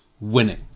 winning